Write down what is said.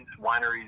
wineries